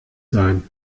sein